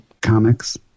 comics